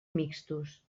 mixtos